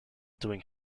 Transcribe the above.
doing